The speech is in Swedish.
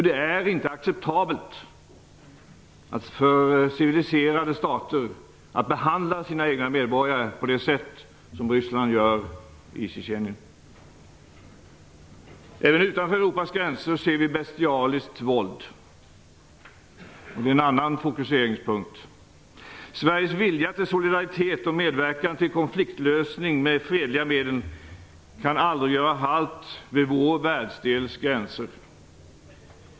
Det är inte acceptabelt för civiliserade stater att man behandlar sina egna medborgare på det sätt som Ryssland gör i Tjetjenien. Även utanför Europas gränser ser vi bestialiskt våld från en annan fokuseringspunkt. Sveriges vilja till solidaritet och medverkan till konfliktlösning med fredliga medel kan aldrig göra halt vid vår världsdels gränser.